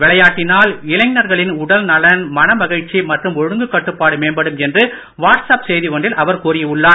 விளையாட்டினால் இளைஞர்களின் உடல் நலன் மனமகிழ்ச்சி மற்றும் ஒழுங்கு கட்டுப்பாடு மேம்படும் என்று வாட்ஸ் அப் செய்தி ஒன்றில் அவர் கூறி உள்ளார்